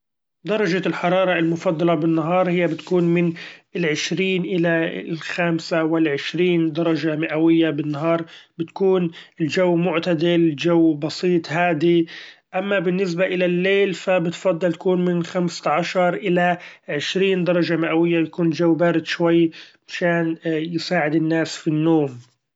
درچة الحرارة المفضلة بالنهار هي بتكون من العشرين الى الخامسة والعشرين درچة مئوية ، بالنهار بيكون الچو معتدل الچو بسيط هادي ، اما بالنسبة الى الليل ف بتفضل تكون من خمسة عشر الى عشرين درچة مئوية ، يكون چو بارد شوي شإن يساعد الناس في النوم.